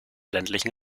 ländlichen